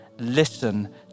listen